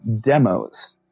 demos